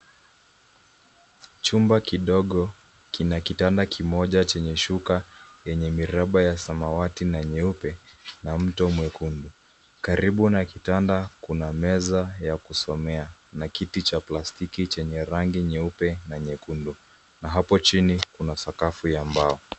Chumba kidogo kina kitanda kimoja chenye shuka yenye miraba ya samawati na nyeupe na mto mwekundu. Karibu na kitanda kuna meza ya kusomea na kiti cha plastiki chenye rangi nyeupe na nyekundu na hapo chini kuna sakafu ya mbao.